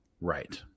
Right